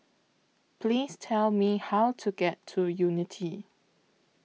Please Tell Me How to get to Unity